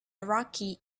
rocky